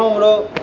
um hello